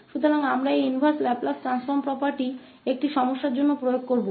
इसलिए हम इस इनवर्स लाप्लास परिवर्तन संपत्ति की एक समस्या पर लागू होंगे